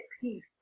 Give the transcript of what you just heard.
peace